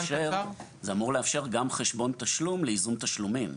כי זה אמור לאפשר גם חשבון תשלום לייזום תשלומים.